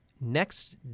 next